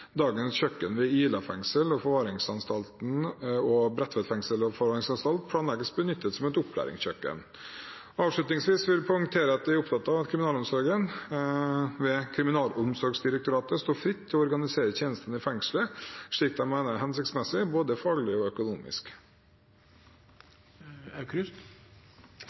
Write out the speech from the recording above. Dagens kjøkken ved Ila fengsel og forvaringsanstalt og Bredtveit fengsel og forvaringsanstalt planlegges benyttet som opplæringskjøkken. Avslutningsvis vil jeg poengtere at jeg er opptatt av at kriminalomsorgen ved Kriminalomsorgsdirektoratet står fritt til å organisere tjenestene i fengsler slik de mener er hensiktsmessig, både faglig og økonomisk.